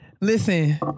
Listen